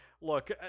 look